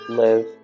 live